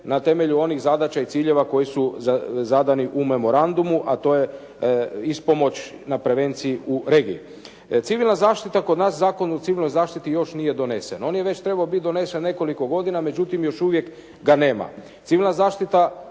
na temelju onih zadaća i ciljeva koji su zadani u memorandumu, a to je ispomoć na prevenciji u regiji. Civilna zaštita kod nas, Zakon o civilnoj zaštiti još nije donesen. On je već trebao biti donesen nekoliko godina, međutim još uvijek ga nema. Civilna zaštita